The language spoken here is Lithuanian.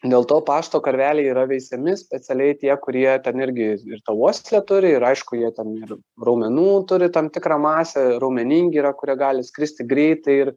dėl to pašto karveliai yra veisiami specialiai tie kurie ten irgi ir tą uoslę turi ir aišku jie ten ir raumenų turi tam tikrą masę raumeningi yra kurie gali skristi greitai ir